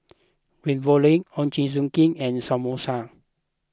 Ravioli Ochazuke and Samosa